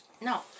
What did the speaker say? No